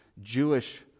Jewish